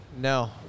no